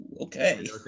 Okay